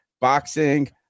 boxing